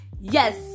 yes